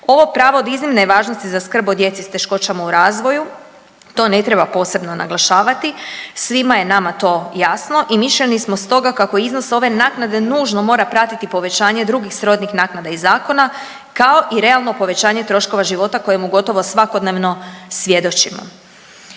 Ovo pravo od iznimne je važnosti za skrb o djeci s teškoćama u razvoju, to ne treba posebno naglašavati. Svima je nama to jasno i mišljenja smo toga kako iznos ove naknade nužno mora pratiti povećanje drugih srodnih naknada iz zakona kao i realno povećanje troškova života kojemu gotovo svakodnevno svjedočimo.